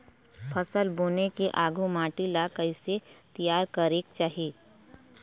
फसल बुने ले आघु माटी ला कइसे तियार करेक चाही?